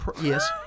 Yes